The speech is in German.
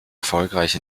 erfolgreich